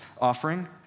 offering